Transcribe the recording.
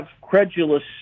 credulous